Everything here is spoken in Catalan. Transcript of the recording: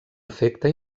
efecte